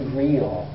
real